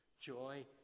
joy